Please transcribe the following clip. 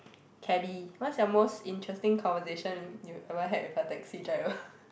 cabby what's your most interesting conversation you you ever had with a taxi driver